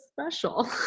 special